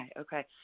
Okay